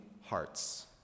hearts